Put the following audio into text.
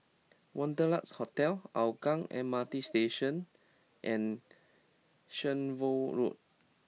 Wanderlust Hotel Hougang M R T Station and Shenvood Road